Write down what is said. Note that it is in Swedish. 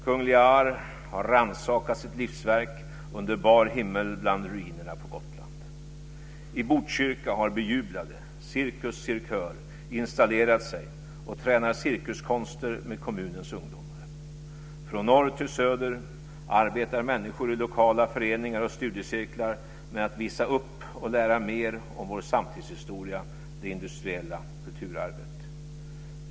Kung Lear har rannsakat sitt livsverk under bar himmel bland ruinerna på Gotland. I Botkyrka har bejublade Cirkus Cirkör installerat sig och tränar cirkuskonster med kommunens ungdomar. Från norr till söder arbetar människor i lokala föreningar och studiecirklar med att visa upp och lära mer om vår samtidshistoria - det industriella kulturarvet.